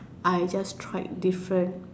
I just tried different